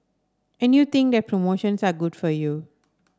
and you think that promotions are good for you